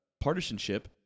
partisanship